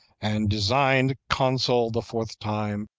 and designed consul the fourth time,